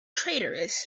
traitorous